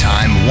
Time